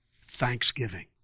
thanksgiving